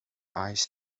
eyes